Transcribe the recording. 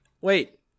wait